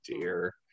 dear